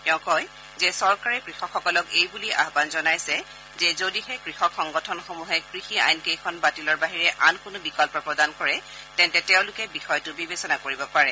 তেওঁ কয় যে চৰকাৰে কৃষকসকলক এই বুলি আহান জনাইছে যে যদিহে কৃষক সংগঠনসমূহে কৃষি আইন কেইখন বাতিলৰ বাহিৰে আন কোনো বিকল্প প্ৰদান কৰে তেন্তে তেওঁলোকে বিষয়টো বিবেচনা কৰিব পাৰে